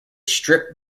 strip